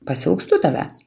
pasiilgstu tavęs